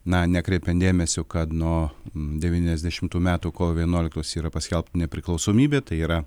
na nekreipiant dėmesio kad nuo devyniasdešimtų metų kovo vienuoliktos yra paskelbta nepriklausomybė tai yra